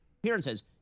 Appearances